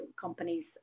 companies